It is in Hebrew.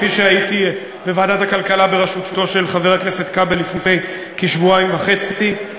כפי שהייתי בוועדת הכלכלה בראשות חבר הכנסת כבל לפני כשבועיים וחצי,